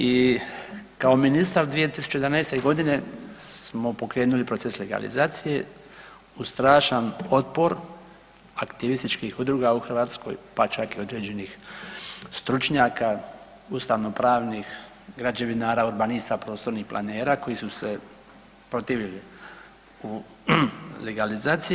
I kao ministar 2011. godine smo pokrenuli proces legalizacije uz strašan otpor aktivističkih udruga u Hrvatskoj, pa čak i određenih stručnjaka ustavno-pravnih građevinara, urbanista, prostornih planera koji su se protivili u legalizaciji.